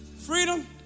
Freedom